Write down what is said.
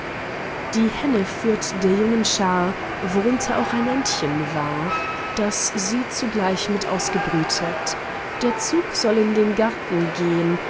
die henne führt der jungen schar worunter auch ein entchen war das sie zugleich mit ausgebrütet der zug soll in den garten gehn